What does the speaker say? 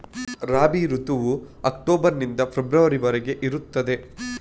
ರಬಿ ಋತುವು ಅಕ್ಟೋಬರ್ ನಿಂದ ಫೆಬ್ರವರಿ ವರೆಗೆ ಇರ್ತದೆ